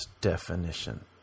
definition